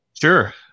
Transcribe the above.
Sure